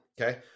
Okay